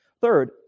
Third